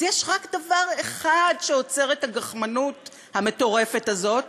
אז יש רק דבר אחד שעוצר את הגחמנות המטורפת הזאת,